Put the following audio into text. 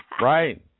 Right